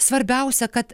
svarbiausia kad